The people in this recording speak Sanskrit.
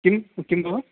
किम् किम् भोः